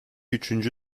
üçüncü